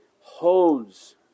holds